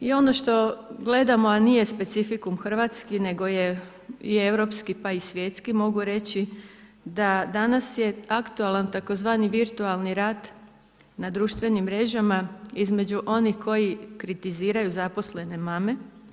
I ono što gledamo, a nije specifikum hrvatski nego je i europski pa i svjetski mogu reći da danas je aktualan tzv. virtualni rat na društvenim mrežama između onih koji kritiziraju zaposlene mame.